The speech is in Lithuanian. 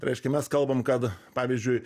reiškia mes kalbam kad pavyzdžiui